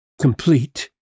complete